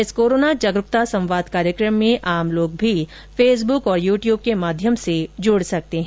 इस कोरोना जागरूकता संवाद कार्यक्रम में आम लोग भी फेसबुक और यू ट्यूब के माध्यम से जुड़ सकते हैं